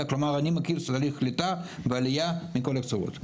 כלומר אני מכיר תהליך הקליטה והעלייה מכל הקצוות,